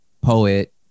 poet